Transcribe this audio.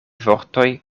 vortoj